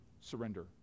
surrender